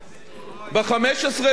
ב-15 באוגוסט,